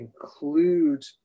include